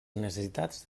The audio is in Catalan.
necessitats